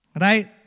Right